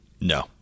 No